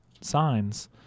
signs